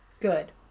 Good